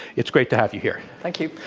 it's great to have you here. thank you.